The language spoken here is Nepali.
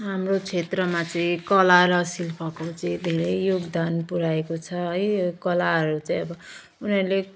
हाम्रो क्षेत्रमा चाहिँ कला र शिल्पको चाहिँ धेरै योगदान पुऱ्याएको छ है यो कलाहरू चाहिँ अब उनीहरूले